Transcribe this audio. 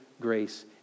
grace